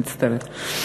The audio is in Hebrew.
אני מצטערת.